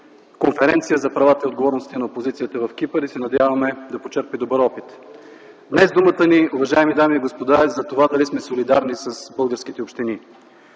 Конференция за правата и отговорностите на опозицията в Кипър, и се надяваме да почерпи добър опит. Днес, думата ни, уважаеми дами и господа, е за това дали сме солидарни с българските общини.